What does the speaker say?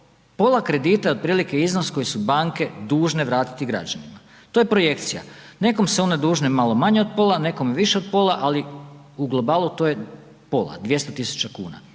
Pola kredita je otprilike iznos koje su banke dužne vratiti građanima. To je projekcija. Nekom su one dužne malo manje od pola, nekom više od pola, ali u globalu to je pola 200.000 kuna